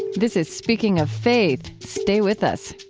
this is speaking of faith. stay with us